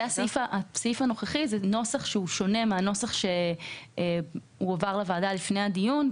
הסעיף הנוכחי הוא נוסח ששונה מהנוסח שהועבר לוועדה לפני הדיון,